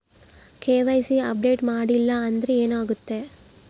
KYC update ಮಾಡಿಲ್ಲ ಅಂದ್ರೆ ಏನಾಗುತ್ತೆ?